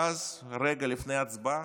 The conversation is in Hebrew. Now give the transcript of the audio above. ואז רגע לפני ההצבעה,